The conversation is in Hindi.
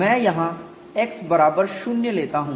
मैं यहाँ x बराबर 0 लेता हूँ